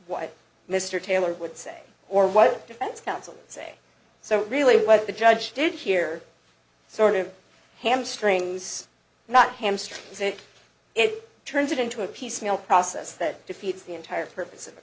what mr taylor would say or what defense council say so really what the judge did here sort of hamstrings not hamstring is it it turns it into a piecemeal process that defeats the entire purpose of a